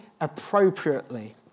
appropriately